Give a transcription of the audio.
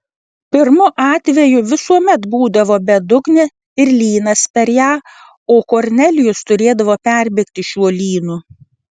pirmu atveju visuomet būdavo bedugnė ir lynas per ją o kornelijus turėdavo perbėgti šiuo lynu